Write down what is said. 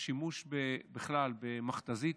השימוש בכלל במכת"זית,